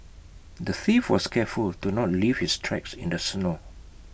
the thief was careful to not leave his tracks in the snow